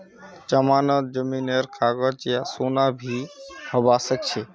जमानतत जमीनेर कागज या सोना भी हबा सकछे